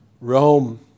Rome